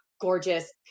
gorgeous